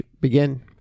begin